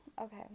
Okay